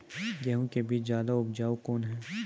गेहूँ के बीज ज्यादा उपजाऊ कौन है?